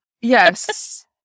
Yes